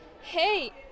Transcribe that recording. Hey